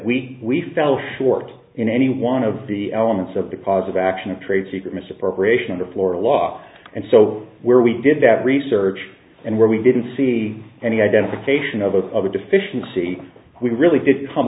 we we fell short in any one of the elements of the cause of action of trade secret misappropriation under florida law and so where we did that research and where we didn't see any identification of a deficiency we really did come